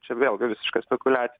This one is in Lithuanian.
čia vėlgi visiška spekuliacija